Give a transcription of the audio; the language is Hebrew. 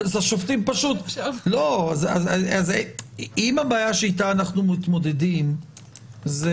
אז השופטים פשוט --- אם הבעיה שאיתה מתמודדים זאת